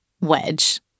Wedge